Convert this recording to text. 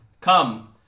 Come